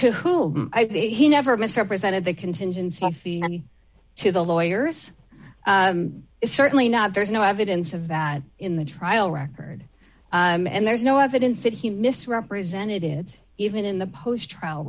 and he never misrepresented the contingency to the lawyers is certainly not there's no evidence of that in the trial record and there's no evidence that he misrepresented it even in the post trial